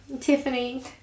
Tiffany